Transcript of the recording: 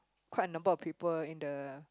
quite a number of people in the